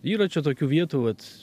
yra čia tokių vietų vat